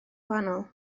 gwahanol